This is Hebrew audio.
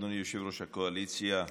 אדוני ראש הקואליציה,